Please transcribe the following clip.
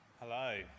Hello